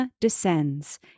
descends